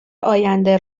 آینده